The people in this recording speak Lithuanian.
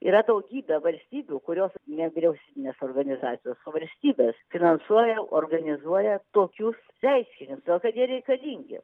yra daugybė valstybių kurios nevyriausybinės organizacijos valstybės finansuoja organizuoja tokius reškinius todėl kad jie reikalingi